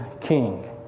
king